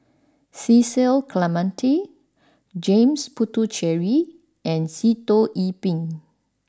Cecil Clementi James Puthucheary and Sitoh Yih Pin